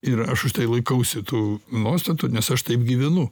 ir aš už tai laikausi tų nuostatų nes aš taip gyvenu